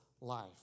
life